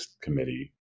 committee